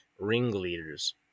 ringleaders